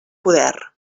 poder